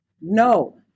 no